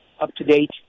up-to-date